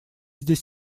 здесь